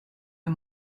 est